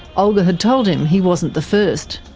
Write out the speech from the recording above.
olga had told him he wasn't the first.